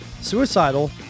suicidal